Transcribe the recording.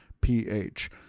Ph